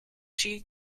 she